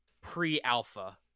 pre-alpha